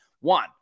One